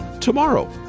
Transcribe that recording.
tomorrow